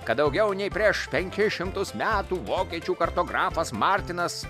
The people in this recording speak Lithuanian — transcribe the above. kad daugiau nei prieš penkis šimtus metų vokiečių kartografas martinas